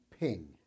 Ping